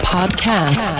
Podcast